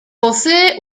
posee